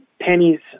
pennies